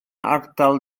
ardal